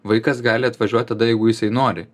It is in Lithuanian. vaikas gali atvažiuot tada jeigu jisai nori